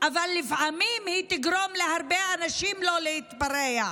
אבל לפעמים היא תגרום להרבה אנשים לא להתפרע.